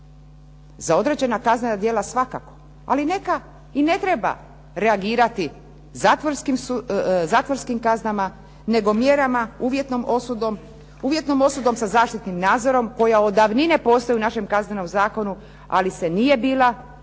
Za određena kaznena djela svakako, ali neka i ne treba reagirati zatvorskim kaznama, nego mjerama uvjetnom osudom, uvjetnom osudom sa zaštitnim nadzorom koja od davnine postoji u našem Kaznenom zakonu ali se nije izricala,